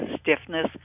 stiffness